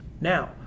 Now